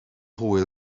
hwyl